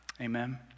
Amen